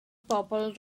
bobl